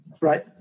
Right